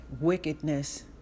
wickedness